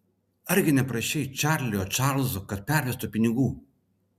argi neprašei čarlio čarlzo kad pervestų pinigų